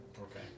Okay